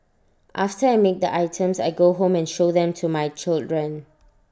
after I make the items I go home and show them to my children